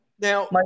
Now